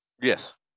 Yes